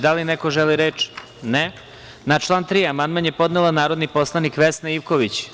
Da li neko želi reč? (Ne.) Na član 3. amandman je podnela narodni poslanik Vesna Ivković.